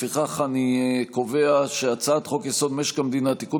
לפיכך אני קובע שהצעת חוק-יסוד: משק המדינה (תיקון